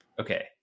Okay